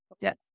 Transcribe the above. Yes